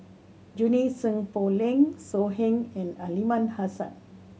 Junie Sng Poh Leng So Heng and Aliman Hassan